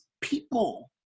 people